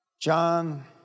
John